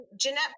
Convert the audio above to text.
Jeanette